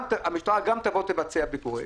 משטרה גם תבצע ביקורים,